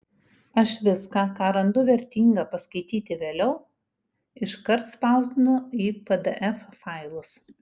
aš viską ką randu vertinga paskaityti vėliau iškart spausdinu į pdf failus